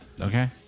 okay